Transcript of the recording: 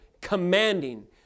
commanding